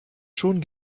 schon